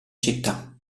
città